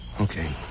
Okay